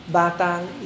batang